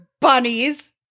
bunnies